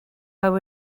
how